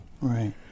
Right